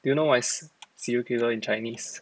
do you know what is serial killer in chinese